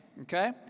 Okay